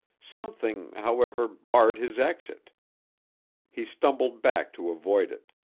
something, however, barred his exit he stumbled back to avoid it.